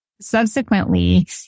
subsequently